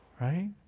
Right